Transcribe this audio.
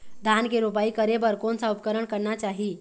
धान के रोपाई करे बर कोन सा उपकरण करना चाही?